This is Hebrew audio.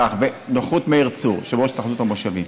בנוכחות מאיר צור, יושב-ראש התאחדות המושבים,